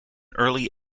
early